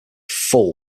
full